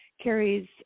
carries